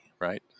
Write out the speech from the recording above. Right